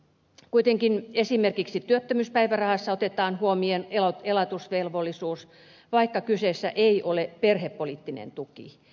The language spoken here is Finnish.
kuitenkin esimerkiksi työttömyyspäivärahassa otetaan huomioon elatusvelvollisuus vaikka kyseessä ei ole perhepoliittinen tuki